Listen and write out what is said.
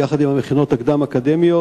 יחד עם המכינות הקדם-אקדמיות,